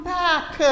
back